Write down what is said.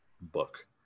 book